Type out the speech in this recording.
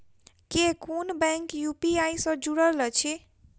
केँ कुन bank UPI सँ जुड़ल अछि?